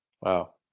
Wow